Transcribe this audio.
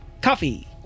coffee